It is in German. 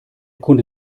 kunde